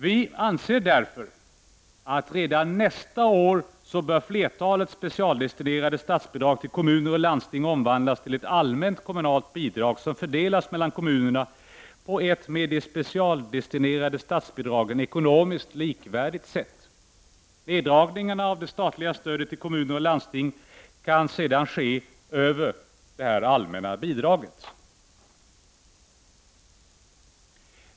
Vi anser att redan nästa år bör flertalet specialdestinerade statsbidrag till kommuner och landsting omvandlas till ett allmänt kommunalt bidrag, som fördelas mellan kommunerna på ett med de specialdestinerade statsbidragen ekonomiskt likvärdigt sätt. Neddragningarna av det statliga stödet till kommuner och landsting kan sedan ske över detta allmänna bidrag.